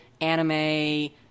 anime